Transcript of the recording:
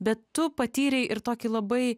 bet tu patyrei ir tokį labai